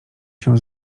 się